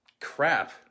crap